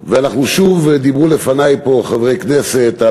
ואנחנו שוב, דיברו לפני פה חברי כנסת על